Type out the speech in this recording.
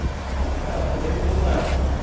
don't calc'late to let em,